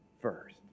first